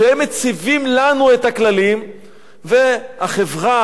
כשהם מציבים לנו את הכללים; והחברה,